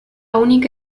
única